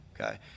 okay